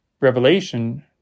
Revelation